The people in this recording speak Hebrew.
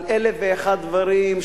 על אלף ואחד דברים שקרו,